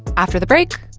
after the break,